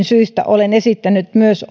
syistä olen esittänyt myös